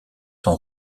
son